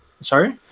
sorry